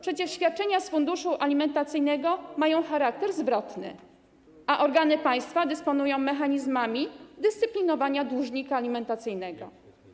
Przecież świadczenia z funduszu alimentacyjnego mają charakter zwrotny, a organy państwa dysponują mechanizmami dyscyplinowania dłużnika alimentacyjnego.